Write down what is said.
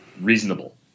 reasonable